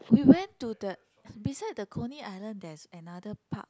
we went to the beside the Coney Island there is another park